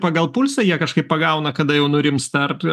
pagal pulsą jie kažkaip pagauna kada jau nurimsta ar